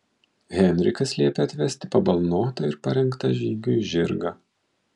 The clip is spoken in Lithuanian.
henrikas liepia atvesti pabalnotą ir parengtą žygiui žirgą